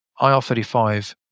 IR35